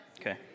Okay